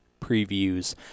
previews